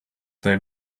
they